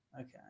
okay